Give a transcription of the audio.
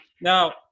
now